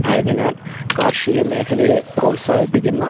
ആയതിനാൽ കാർഷിക മേഖലയെ പ്രോത്സാഹിപ്പിക്കുന്ന